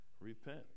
Repent